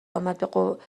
امدبه